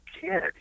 kid